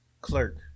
Clerk